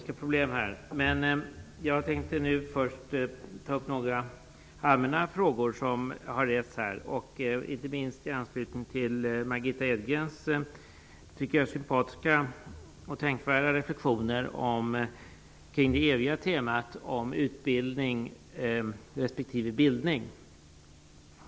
Herr talman! Vi kanske får förbereda oss på en nattlig följetong om olika ekonomiska problem. Jag tänker först ta upp några allmänna frågor som har rests här, inte minst i anslutning till Margitta Edgrens sympatiska och tänkvärda reflexioner kring det eviga temat utbildning respektive bildning.